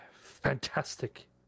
fantastic